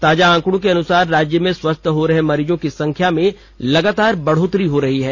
ताजा आंकड़ों के अनुसार राज्य में स्वस्थ हो रहे मरीजों की संख्या में लगातार बढ़ोतरी हो रही है